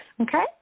okay